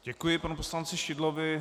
Děkuji panu poslanci Šidlovi.